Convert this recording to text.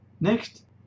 Next